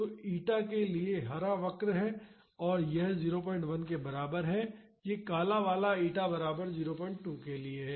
तो ईटा के लिए हरा वक्र है जब यह 01 के बराबर है और यह काला वाला ईटा बराबर 02 के लिए है